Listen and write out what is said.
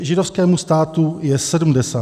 Židovskému státu je sedmdesát.